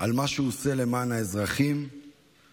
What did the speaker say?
על מה שהוא עושה למען האזרחים בשגרה,